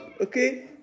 okay